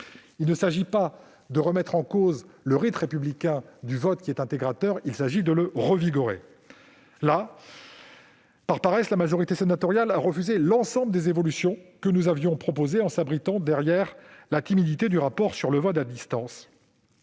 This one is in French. Il ne s'agit pas de remettre en cause le rite républicain du vote, qui demeure intégrateur, mais de le revigorer. Las, par paresse, la majorité sénatoriale a refusé l'ensemble des évolutions que nous avions proposées, en s'abritant derrière la timidité du rapport d'information sur le vote à distance.